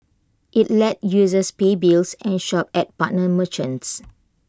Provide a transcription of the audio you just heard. IT lets users pay bills and shop at partner merchants